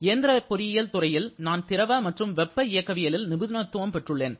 இயந்திர பொறியியல் துறையில் நான் திரவ மற்றும் வெப்ப இயக்கவியலில் நிபுணத்துவம் பெற்றுள்ளேன்